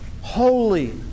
Holy